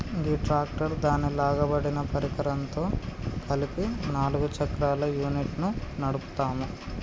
గీ tractor దాని లాగబడిన పరికరంతో కలిపి నాలుగు చక్రాల యూనిట్ను నడుపుతాము